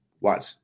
watch